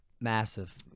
massive